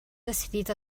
decidit